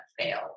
fail